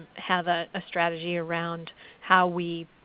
have a strategy around how we